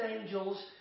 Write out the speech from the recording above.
angels